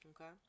Okay